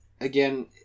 again